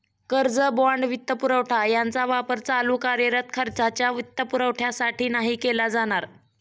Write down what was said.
कर्ज, बाँड, वित्तपुरवठा यांचा वापर चालू कार्यरत खर्चाच्या वित्तपुरवठ्यासाठी नाही केला जाणार